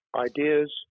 Ideas